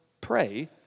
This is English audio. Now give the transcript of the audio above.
pray